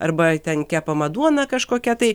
arba ten kepama duona kažkokia tai